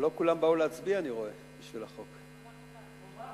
אבל לא כולם באו להצביע בשביל החוק, אני רואה.